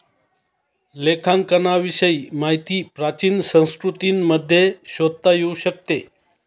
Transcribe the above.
लेखांकनाविषयी माहिती प्राचीन संस्कृतींमध्ये शोधता येऊ शकते